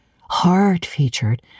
Hard-featured